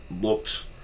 looked